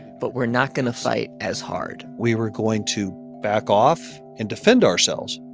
but we're not going to fight as hard we were going to back off and defend ourselves,